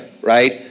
right